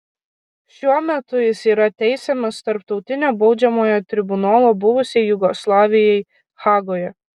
šiuo metu jis yra teisiamas tarptautinio baudžiamojo tribunolo buvusiai jugoslavijai hagoje